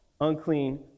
unclean